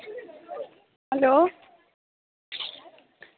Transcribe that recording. hello